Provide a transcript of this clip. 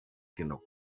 genug